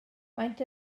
maent